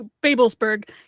Babelsberg